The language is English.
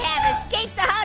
and escaped ah